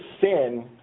sin